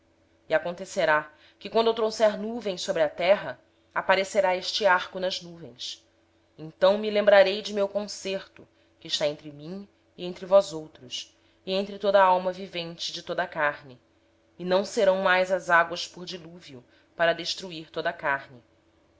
acontecerá que quando eu trouxer nuvens sobre a terra e aparecer o arco nas nuvens então me lembrarei do meu pacto que está entre mim e vós e todo ser vivente de toda a carne e as águas não se tornarão mais em dilúvio para destruir toda a carne